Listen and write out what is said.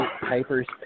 Piper's